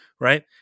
right